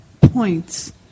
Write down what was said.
points